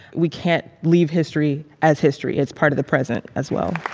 we can't leave history as history. it's part of the present as well